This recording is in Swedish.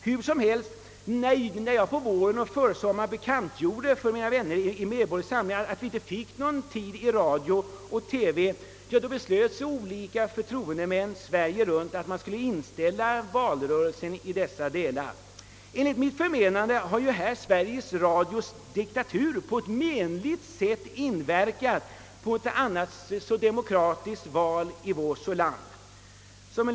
Hur som helst, när jag på våren och försommaren bekantgjorde för mina vänner i Medborgerlig Samling, att vi inte fick någon programtid i radio och TV beslöt olika förtroendemän ute i landet att valrörelsen skulle inställas där. Enligt mitt förmenande har Sveriges Radios diktatur således på ett menligt sätt inverkat på ett demokratiskt val i vårt land.